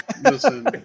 listen